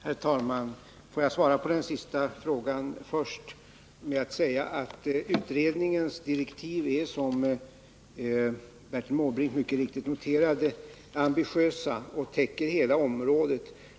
Herr talman! Får jag svara på den sista frågan först genom att säga att utredningens direktiv är, som Bertil Måbrink mycket riktigt noterade, ambitiösa och täcker hela området.